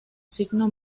signo